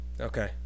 Okay